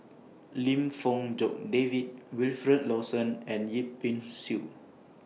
Lim Fong Jock David Wilfed Lawson and Yip Pin Xiu